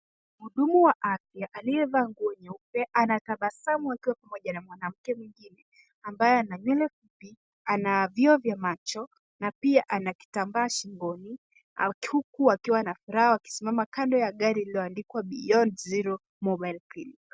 Mhudumu wa afya, aliyevaa nguo nyeupe anatabasamu akiwa pamoja na mwanamke mwingine ambaye ana nywele fupi, ana vioo vya macho na pia ana kitambaa shingoni huku akiwa na furaha wakisimama kando ya gari lililoandikwa beyond zero mobile clinic .